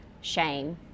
shame